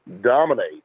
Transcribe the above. dominate